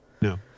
No